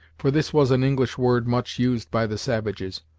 for this was an english word much used by the savages,